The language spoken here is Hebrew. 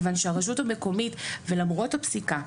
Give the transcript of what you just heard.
כיוון שהרשות המקומית למרות הפסיקה,